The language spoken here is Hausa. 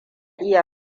iya